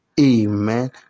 Amen